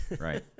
right